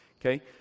Okay